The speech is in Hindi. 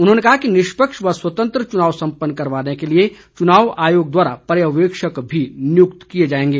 उन्होंने कहा कि निष्पक्ष व स्वतंत्र चुनाव संपन्न करवाने के लिए चुनाव आयोग द्वारा पर्यवेक्षक भी नियुक्त किए जाएंगे